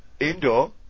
indoor